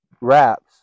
wraps